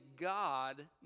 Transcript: God